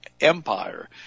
empire